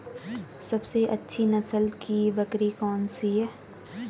सबसे अच्छी नस्ल की बकरी कौन सी है?